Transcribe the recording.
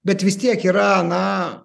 bet vis tiek yra na